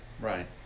Right